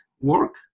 work